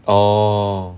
orh